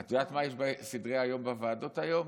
את יודעת מה יש בסדרי-היום בוועדות היום?